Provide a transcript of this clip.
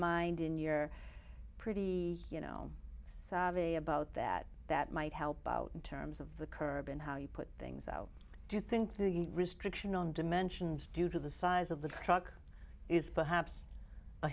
mind in your pretty you know about that that might help out in terms of the curb and how you put things though do you think the restriction on dimensions due to the size of the truck is perhaps a